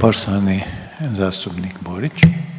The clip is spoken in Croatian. Poštovani zastupnik Borić.